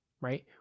right